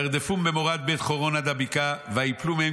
וירדפום במורד בית חורון עד הבקעה וייפלו מהם